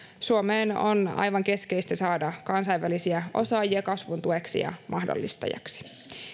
suomeen on aivan keskeistä saada kansainvälisiä osaajia kasvun tueksi ja mahdollistajaksi